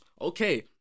okay